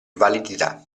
validità